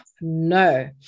no